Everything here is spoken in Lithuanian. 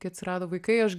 kai atsirado vaikai aš